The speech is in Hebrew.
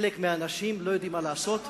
חלק מהאנשים לא יודעים מה לעשות,